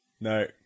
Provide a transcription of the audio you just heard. no